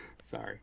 Sorry